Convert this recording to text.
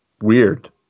weird